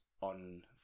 on